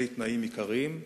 אדוני סגן השר.